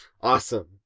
Awesome